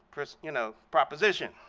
you know, proposition.